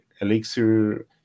Elixir